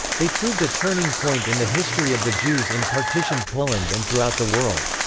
they proved a turning point in the history of the jews in partitioned poland and throughout the world.